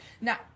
now